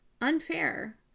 Unfair